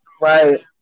Right